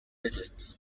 wizards